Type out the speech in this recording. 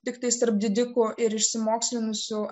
tiktais tarp didikų ir išsimokslinusių